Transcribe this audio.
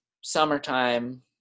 summertime